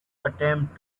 attempt